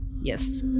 Yes